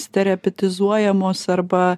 stereopizuojamos arba